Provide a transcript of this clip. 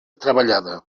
treballada